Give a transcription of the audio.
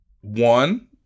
one